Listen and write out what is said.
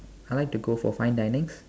I like to go for fine dining